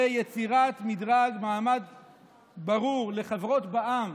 ויצירת מדרג, מעמד ברור, לחברות בע"מ